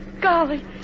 Golly